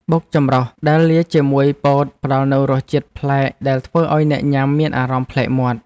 បុកចម្រុះដែលលាយជាមួយពោតផ្តល់នូវរសជាតិប្លែកដែលធ្វើឱ្យអ្នកញ៉ាំមានអារម្មណ៍ប្លែកមាត់។